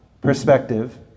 perspective